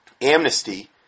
amnesty